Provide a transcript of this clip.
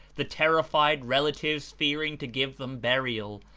the terrified relatives fearing to give them burial,